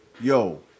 yo